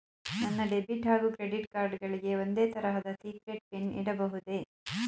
ನನ್ನ ಡೆಬಿಟ್ ಹಾಗೂ credit card ಗಳಿಗೆ ಒಂದೇ ತರಹದ ಸೀಕ್ರೇಟ್ ಪಿನ್ ಇಡಬಹುದೇ?